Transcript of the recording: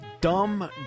dumb